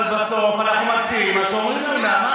אבל בסוף אנחנו מצביעים מה שאומרים לנו.